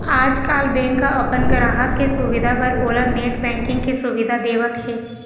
आजकाल बेंक ह अपन गराहक के सुबिधा बर ओला नेट बैंकिंग के सुबिधा देवत हे